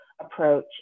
approach